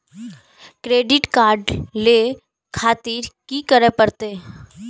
Credit card ले खातिर की करें परतें?